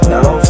Now